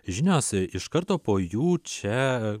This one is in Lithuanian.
žinios iš karto po jų čia